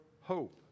hope